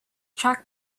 track